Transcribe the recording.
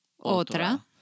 otra